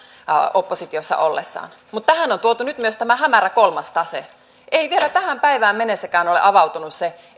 oppositiossa ollessaan mutta tähän on tuotu nyt myös tämä hämärä kolmas tase ei vielä tähän päivään mennessäkään ole avautunut se